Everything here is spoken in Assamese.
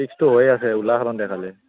ফিক্সটো হৈয়ে আছে ওলা খালি